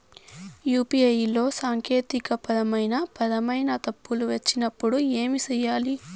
UPI లో సాంకేతికపరమైన పరమైన తప్పులు వచ్చినప్పుడు ఏమి సేయాలి